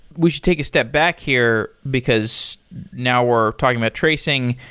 we should take a step back here, because now we're talking about tracing,